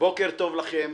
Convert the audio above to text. בוקר טוב לכם.